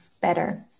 better